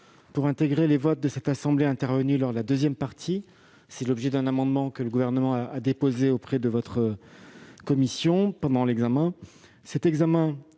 pour intégrer les votes de cette assemblée intervenus lors de cette deuxième partie. C'est l'objet d'un amendement, que le Gouvernement a déposé auprès de votre commission, pendant l'examen